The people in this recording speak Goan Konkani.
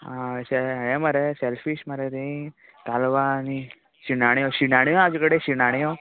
आं अशें ह्यें मरे शॅलफीश मरे तीं कालवां आनी शिणाण्यो शिणाण्यो आहा तुजे कडेन शिणाण्यो